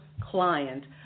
client